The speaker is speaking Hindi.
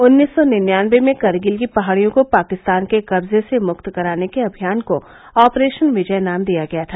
उन्नीस सौ निन्यानबे में करगिल की पहाड़ियों को पाकिस्तान के कब्जे से मुक्त कराने के अभियान को ऑपरेशन विजय नाम दिया गया था